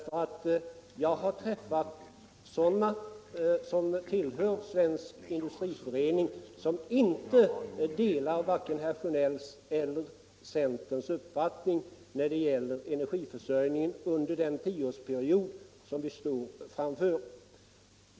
Jag har nämligen träffat personer som tillhör Svensk Industriförening som inte delar vare sig herr Sjönells eller centerns uppfattning i fråga om energiförsörjningen under den tioårsperiod som vi står inför.